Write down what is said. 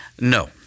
No